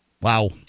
Wow